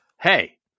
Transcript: Hey